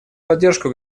поддержку